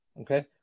okay